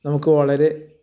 നമുക്ക് വളരെ